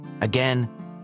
Again